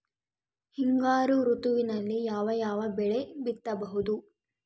ಹಿಂಗಾರು ಋತುವಿನಲ್ಲಿ ಯಾವ ಯಾವ ಬೆಳೆ ಬಿತ್ತಬಹುದು?